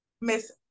Miss